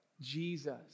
Jesus